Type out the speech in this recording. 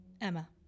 Emma